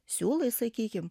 siūlai sakykim